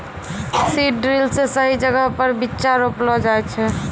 seed drill से सही जगहो पर बीच्चा रोपलो जाय छै